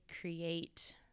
create